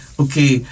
okay